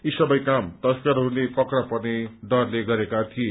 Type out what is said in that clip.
यी सबै काम तस्करहरूले पक्रा पर्ने डरले गरेको थिए